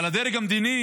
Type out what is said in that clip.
אבל הדרג המדיני